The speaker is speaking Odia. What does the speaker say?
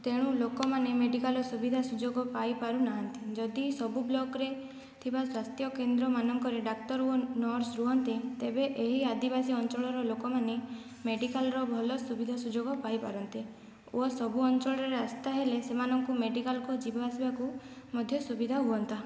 ତେଣୁ ଲୋକମାନେ ମେଡିକାଲର ସୁବିଧା ସୁଯୋଗ ପାଇପାରୁ ନାହାନ୍ତି ଯଦି ସବୁ ବ୍ଲକରେ ଥିବା ସ୍ୱାସ୍ଥ୍ୟକେନ୍ଦ୍ର ମାନଙ୍କରେ ଡାକ୍ତର ଓ ନର୍ସ ରୁହନ୍ତେ ତେବେ ଏହି ଆଦିବାସୀ ଅଞ୍ଚଳର ଲୋକମାନେ ମେଡିକାଲର ଭଲ ସୁବିଧା ସୁଯୋଗ ପାଇପାରନ୍ତେ ଓ ସଵୁ ଅଞ୍ଚଳରେ ରାସ୍ତା ହେଲେ ସେମାନଙ୍କୁ ମେଡିକାଲକୁ ଯିବାଆସିବାକୁ ମଧ୍ୟ ସୁବିଧା ହୁଅନ୍ତା